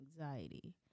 anxiety